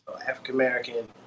African-American